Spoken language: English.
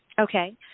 Okay